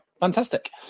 Fantastic